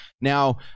Now